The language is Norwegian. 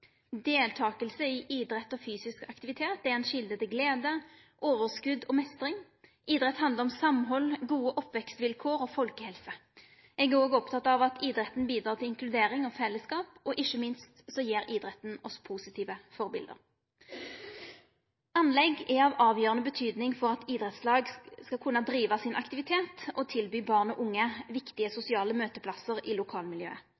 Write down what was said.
i idrett og fysisk aktivitet er ei kjelde til glede, overskot og meistring. Idrett handlar om samhald, gode oppvekstvilkår og folkehelse. Eg er òg oppteken av at idretten bidrar til inkludering og fellesskap. Ikkje minst gir idretten oss positive førebilete. Anlegg er av avgjerande betyding for at idrettslag skal kunne drive sin aktivitet og tilby barn og unge viktige sosiale møteplassar i lokalmiljøet.